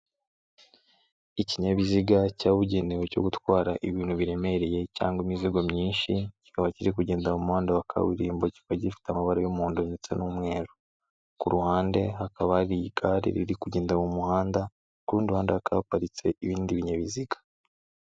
Ikinyabiziga cyabugenewe cyo gutwara ibintu biremereye cyangwa imizigo myinshi, kikaba kiri kugenda mu muhanda wa kaburimbo kikaba gifite amabara y'umuhondo ndetse n'umweru. Kuruhande hakaba hari igare riri kugenda mu muhanda kurundi ruhande haparitse ibindi binyabiziga.